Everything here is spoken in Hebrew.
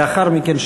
לאחר מכן,